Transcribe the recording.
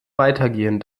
weitergehen